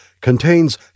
contains